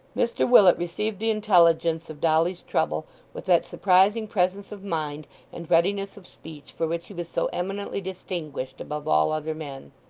mr willet received the intelligence of dolly's trouble with that surprising presence of mind and readiness of speech for which he was so eminently distinguished above all other men.